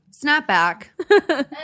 Snapback